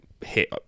hit